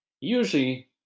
Usually